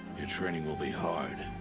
your training will be hard.